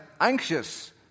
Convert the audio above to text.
anxious